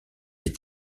est